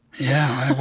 yeah,